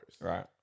right